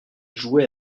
jouait